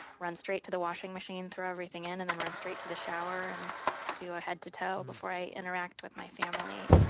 run straight to the washing machine, throw everything in and then run straight to the shower and do a head to toe before i interact with my family.